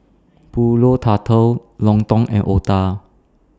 Pulut Tatal Lontong and Otah